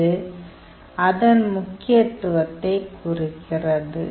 இது அதன் முக்கியத்துவத்தைக் குறிக்கிறது